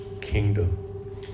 kingdom